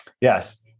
Yes